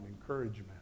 encouragement